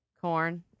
Corn